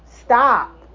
stop